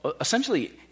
essentially